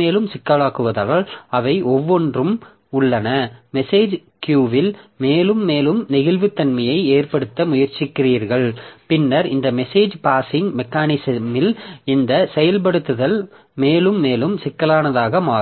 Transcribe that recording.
மேலும் சிக்கலாக்குவதால் அவை ஒவ்வொன்றும் உள்ளன மெசேஜ் கியூவில் மேலும் மேலும் நெகிழ்வுத்தன்மையை ஏற்படுத்த முயற்சிக்கிறீர்கள் பின்னர் இந்த மெசேஜ் பாஸ்ஸிங் மெக்கானிசமில் இந்த செயல்படுத்தல் மேலும் மேலும் சிக்கலானதாக மாறும்